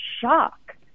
shock